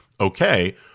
okay